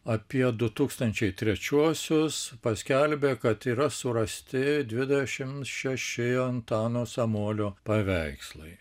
apie du tūkstančiai trečiuosius paskelbė kad yra surasti dvidešimt šeši antano samuolio paveikslai